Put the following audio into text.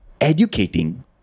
educating